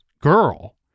girl